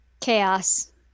chaos